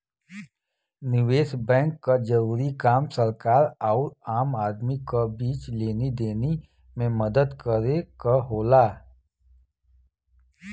निवेस बैंक क जरूरी काम सरकार आउर आम आदमी क बीच लेनी देनी में मदद करे क होला